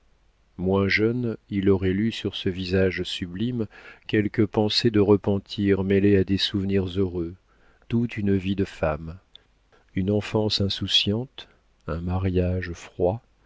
moins jeune il aurait lu sur ce visage sublime quelques pensées de repentir mêlées à des souvenirs heureux toute une vie de femme une enfance insouciante un mariage froid